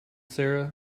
sarah